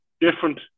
different